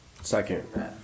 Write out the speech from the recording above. Second